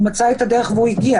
הוא מצא את הדרך והגיע